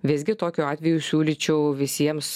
visgi tokiu atveju siūlyčiau visiems